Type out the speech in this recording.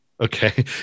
Okay